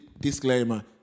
disclaimer